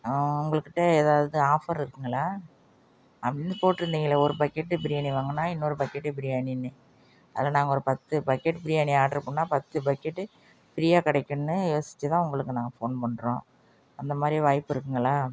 உங்கள்க்கிட்ட எதாவது ஆஃபர் இருக்குதுங்களா அப்படின்னு போட்டிருந்தீங்களே ஒரு பக்கெட் பிரியாணி வாங்கினா இன்னொரு பக்கெட் பிரியாணின்னு அதில் நாங்கள் ஒரு பத்து பக்கெட் பிரியாணி ஆர்டர் பண்ணுணா பத்து பக்கெட் ஃப்ரீயாக கிடைக்குனு யோசிச்சுதான் உங்களுக்கு நாங்கள் ஃபோன் பண்ணுறோம் அந்தமாதிரி வாய்ப்பு இருக்குதுங்களா